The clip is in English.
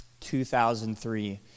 2003